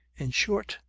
in short,